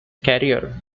career